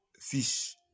fish